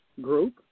group